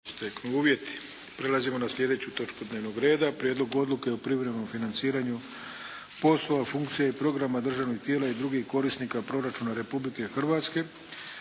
(SDP)** Prelazimo na sljedeću točku dnevnog reda. - Prijedlog odluke o privremenom financiranju poslova, funkcija i programa državnih tijela i drugih korisnika proračuna Republike Hrvatske